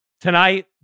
tonight